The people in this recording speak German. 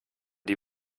die